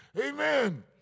Amen